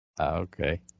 Okay